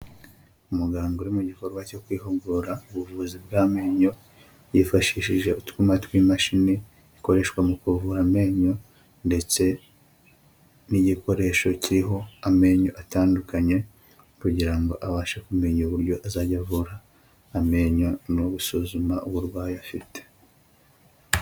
Umuganga uri mu gikorwa cyo kwihugura ubuvuzi bw'amenyo, yifashishije utwuma tw'imashini, ikoreshwa mu kuvura amenyo ndetse n'igikoresho kiriho amenyo atandukanye, kugira ngo abashe kumenya uburyo azajya avura amenyo no gusuzuma uburwayi afite.